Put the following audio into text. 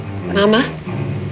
Mama